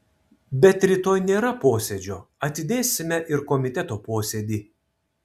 bet rytoj nėra posėdžio atidėsime ir komiteto posėdį